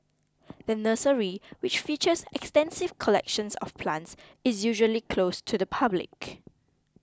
the nursery which features extensive collections of plants is usually closed to the public